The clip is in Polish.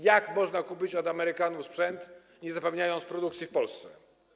Jak można kupić od Amerykanów sprzęt, nie zapewniając produkcji w Polsce?